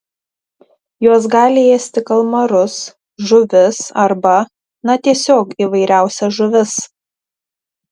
jos gali ėsti kalmarus žuvis arba na tiesiog įvairiausias žuvis